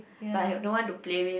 but have no one to play with